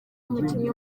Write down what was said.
umukinnyi